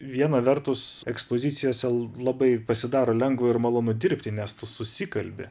viena vertus ekspozicijose labai pasidaro lengva ir malonu dirbti nes tu susikalbi